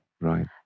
Right